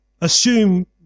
assume